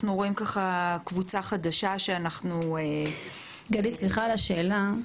רואים ככה קבוצה חדשה שאנחנו -- גלית סליחה על השאלה,